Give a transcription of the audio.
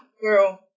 girl